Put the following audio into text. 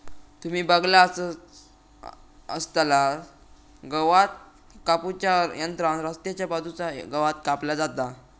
तुम्ही बगलासच आसतलास गवात कापू च्या यंत्रान रस्त्याच्या बाजूचा गवात कापला जाता